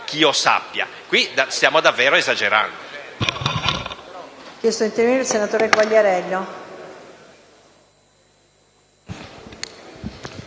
Qui stiamo davvero esagerando.